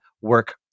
work